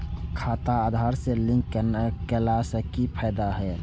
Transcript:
खाता आधार से लिंक केला से कि फायदा होयत?